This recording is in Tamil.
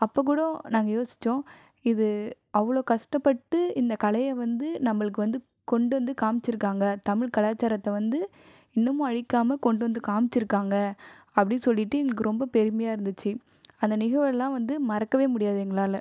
அப்போ கூட நாங்கள் யோசிச்சோ இது அவ்வளோ கஷ்டப்பட்டு இந்த கலையை வந்து நம்மளுக்கு வந்து கொண்டு வந்து காமிச்சிருக்காங்க தமிழ் கலாச்சாரத்தை வந்து இன்னுமும் அழிக்காமல் கொண்டு வந்து காமிச்சுருக்காங்க அப்படி சொல்லிவிட்டு எங்களுக்கு ரொம்ப பெருமையாக இருந்துச்சு அந்த நிகழ்வுலாம் வந்து மறக்கவே முடியாது எங்களால்